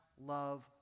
love